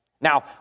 Now